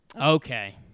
Okay